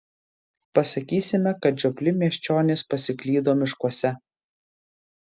pasakysime kad žiopli miesčionys pasiklydo miškuose